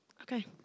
Okay